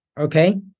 okay